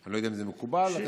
אני לא יודע אם זה מקובל לעשות,